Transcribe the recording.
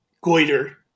goiter